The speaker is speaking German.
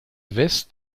west